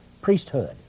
priesthood